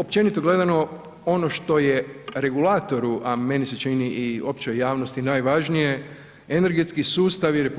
Općenito gledano, ono što je regulatoru a meni se čini i općoj javnosti najvažnije, energetski sustavi RH